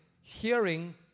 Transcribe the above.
hearing